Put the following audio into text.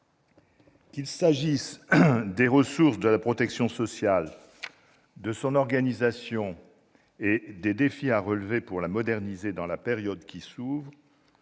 qu'il s'agisse des ressources de la protection sociale, de son organisation ou des défis à relever pour la moderniser dans la période qui s'ouvre,